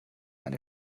eine